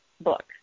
book